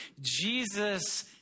Jesus